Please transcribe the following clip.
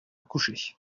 coucher